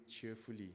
cheerfully